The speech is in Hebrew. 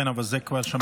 כן, אבל את זה כבר שמענו.